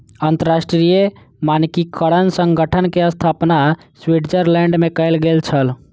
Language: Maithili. अंतरराष्ट्रीय मानकीकरण संगठन के स्थापना स्विट्ज़रलैंड में कयल गेल छल